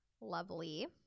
Lovely